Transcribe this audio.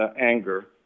anger